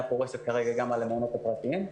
פורסת כרגע גם על המעונות הפרטיים.